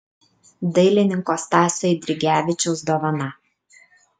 dailininko stasio eidrigevičiaus dovana